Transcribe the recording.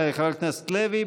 תודה, חבר הכנסת לוי.